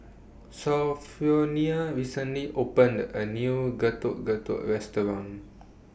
Sophronia recently opened A New Getuk Getuk Restaurant